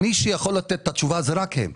מי שיכול לתת את התשובה זה רק הם.